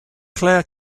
clare